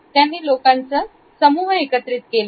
त्यांनी लोकांच्या समूह एकत्रित केला